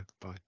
Bye